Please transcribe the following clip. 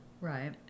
right